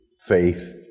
faith